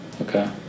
okay